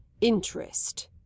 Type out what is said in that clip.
interest